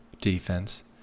defense